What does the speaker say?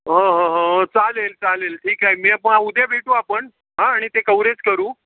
हो हो हो चालेल चालेल ठीक आहे मी उद्या भेटू आपण हां आणि ते कवरेज करू